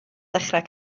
ddechrau